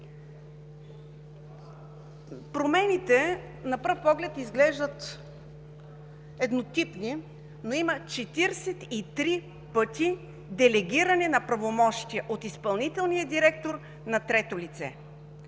Промените на пръв поглед изглеждат еднотипни, но има 43 пъти делегиране на правомощия от изпълнителния директор на трето лице.